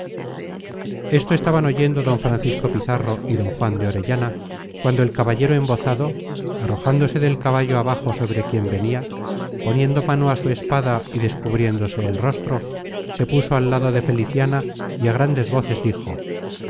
estaban oyendo don francisco pizarro y don juan de orellana cuando el caballero embozado arrojándose del caballo abajo sobre quien venia poniendo mano á su espada y descubriéndose el rostro se puso al lado de feliciana y á grandes voces dijo